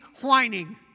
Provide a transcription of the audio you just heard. whining